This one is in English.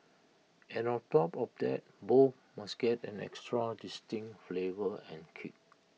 and on top of that both must get an extra distinct flavour and kick